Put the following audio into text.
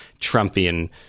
Trumpian